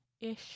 ish